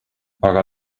aga